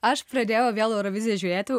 aš pradėjau vėl euroviziją žiūrėti